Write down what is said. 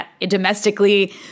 domestically